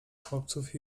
chłopców